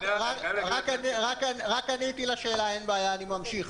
רק עניתי לשאלה, אני ממשיך.